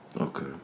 Okay